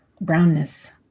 brownness